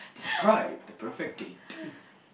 describe the perfect date